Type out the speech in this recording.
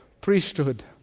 priesthood